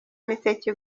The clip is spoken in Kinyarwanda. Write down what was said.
miseke